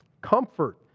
Comfort